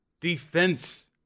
Defense